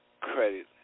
credit